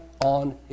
on